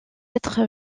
être